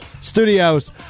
Studios